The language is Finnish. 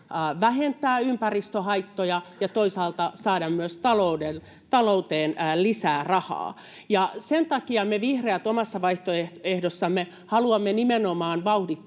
vähentää ympäristöhaittoja ja toisaalta myös saada talouteen lisää rahaa. Sen takia me vihreät omassa vaihtoehdossamme haluamme nimenomaan vauhdittaa